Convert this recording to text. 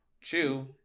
chew